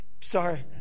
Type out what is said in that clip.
Sorry